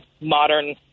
modern